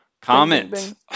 comment